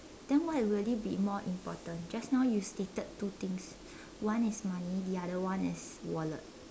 then why will it be more important just now you stated two things one is money the other one is wallet